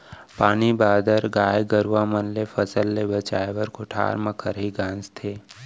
पानी बादर, गाय गरूवा मन ले फसल ल बचाए बर कोठार म खरही गांजथें